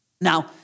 Now